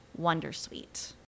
wondersuite